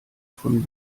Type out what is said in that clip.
von